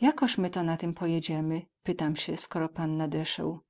jakoz my to na tym pojedziemy pytam sie skoro pan nadseł